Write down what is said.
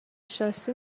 شاسی